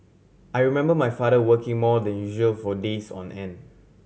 I remember my father working more than usual for days on end